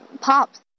pops